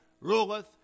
ruleth